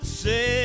say